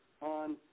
on